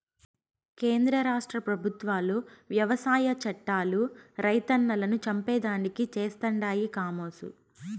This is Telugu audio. కేంద్ర రాష్ట్ర పెబుత్వాలు వ్యవసాయ చట్టాలు రైతన్నలను చంపేదానికి చేస్తండాయి కామోసు